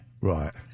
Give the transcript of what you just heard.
Right